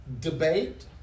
debate